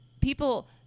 people